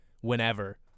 whenever